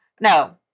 No